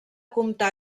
comptar